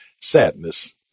Sadness